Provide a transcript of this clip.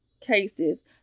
cases